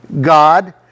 God